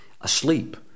asleep